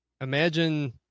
imagine